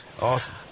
Awesome